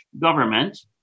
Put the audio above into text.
government